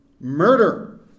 Murder